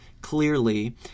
clearly